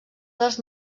dels